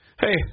Hey